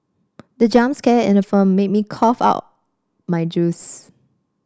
the jump scare in the film made me cough out my juice